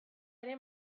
ere